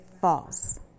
false